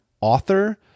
author